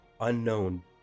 Unknown